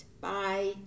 Bye